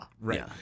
right